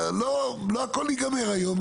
לא הכול ייגמר היום,